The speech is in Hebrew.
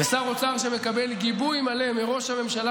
ושר האוצר שמקבל גיבוי מלא מראש הממשלה